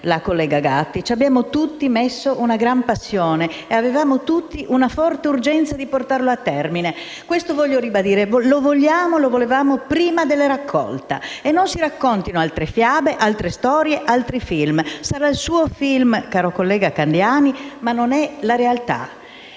La collega Gatti e tutti noi ci abbiamo messo una grande passione e tutti avevamo una forte urgenza di portarlo a termine. Questo vogliamo ribadire e lo vogliamo prima della raccolta. Non si raccontino altre fiabe, altre storie, altri film. Sarà il suo film, caro collega Candiani, ma non è la realtà.